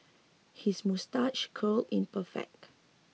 his moustache curl in perfect